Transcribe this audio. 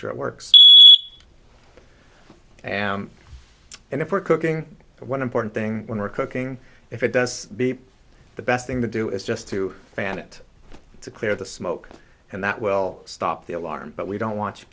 sure it works am and if we're cooking one important thing when we're cooking if it does beep the best thing to do is just to fan it to clear the smoke and that will stop the alarm but we don't watch